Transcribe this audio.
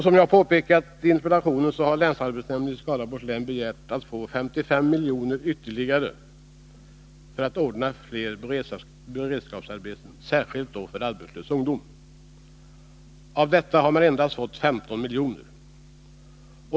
Som jag påpekat i interpellationen har länsarbetsnämnden i Skaraborgs län begärt att få 55 miljoner ytterligare för att ordna fler beredskapsarbeten, särskilt för arbetslös ungdom. Av detta har man endast fått 15 miljoner.